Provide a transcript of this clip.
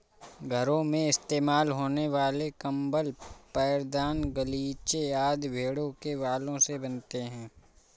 घरों में इस्तेमाल होने वाले कंबल पैरदान गलीचे आदि भेड़ों के बालों से बनते हैं